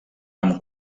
amb